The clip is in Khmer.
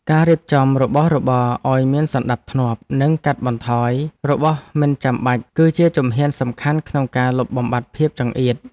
ការរៀបចំរបស់របរឱ្យមានសណ្តាប់ធ្នាប់និងកាត់បន្ថយរបស់មិនចាំបាច់គឺជាជំហានសំខាន់ក្នុងការលុបបំបាត់ភាពចង្អៀត។